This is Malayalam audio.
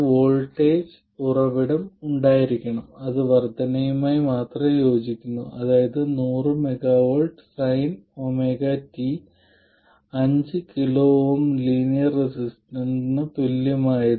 നിങ്ങൾ V10 എവിടെയാണെന്ന് നോക്കുന്നു നിങ്ങൾ V20 ന് അനുയോജ്യമായ കർവ് തിരഞ്ഞെടുക്കുക ആ പോയിന്റിലെ സ്ലോപ്പ് y21 ന് തുല്യമാണ്